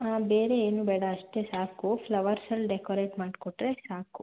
ಹಾಂ ಬೇರೆ ಏನು ಬೇಡ ಅಷ್ಟೇ ಸಾಕು ಪ್ಲವರ್ಸಲ್ಲಿ ಡೆಕೋರೇಟ್ ಮಾಡಿಕೊಟ್ರೆ ಸಾಕು